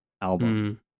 album